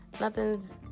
nothing's